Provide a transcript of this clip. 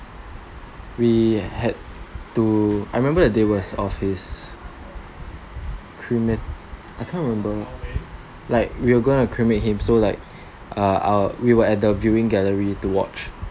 we had to I remembered that day was of his cremate~ I can't remember like we were going to cremate him so like uh we were at the viewing gallery to watch